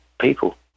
people